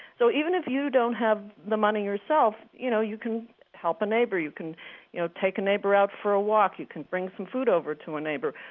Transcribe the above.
so even if you don't have the money yourself, you know, you can help a neighbor. you can you know take a neighbor out for a walk. you can bring some food over to a neighbor.